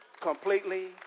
completely